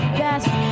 best